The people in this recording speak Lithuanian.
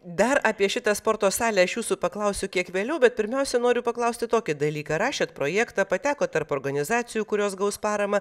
dar apie šitą sporto salę aš jūsų paklausiu kiek vėliau bet pirmiausia noriu paklausti tokį dalyką rašėt projektą patekot tarp organizacijų kurios gaus paramą